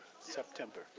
September